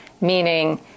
meaning